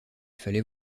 fallait